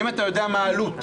והאם אתה יודע מה העלות?